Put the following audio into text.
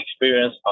experience